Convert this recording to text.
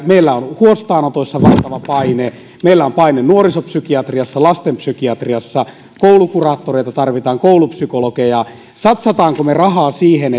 meillä on huostaanotoissa valtava paine meillä on paine nuorisopsykiatriassa lastenpsykiatriassa tarvitaan koulukuraattoreita koulupsykologeja niin satsaammeko me rahaa siihen